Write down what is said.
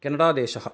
Canada देशः